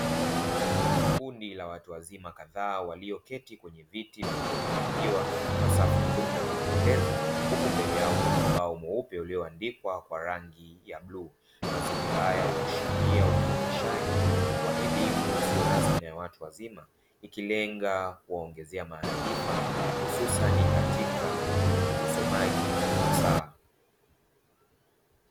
Kundi la watu wazima kadhaa walioketi kwenye viti vilivyopangiliwa kwa safu nzuri na za kupendeza, huku mbele yao kuna ubao mweupe uliyoandikwa kwa rangi ya bluu. Mazingira haya huashiria ufundishaji wa elimu isiyo rasmi na ya watu wazima, ikilenga kuwaongezea maarifa hususan katika usomaji wa saa.